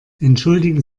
entschuldigen